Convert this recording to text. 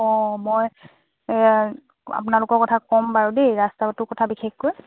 অঁ মই আপোনালোকৰ কথা ক'ম বাৰু দেই ৰাস্তাটোৰ কথা বিশেষকৈ